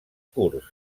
curts